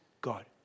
God